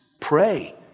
pray